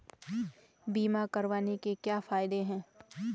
बीमा करवाने के क्या फायदे हैं?